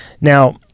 Now